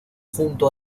junto